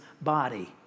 body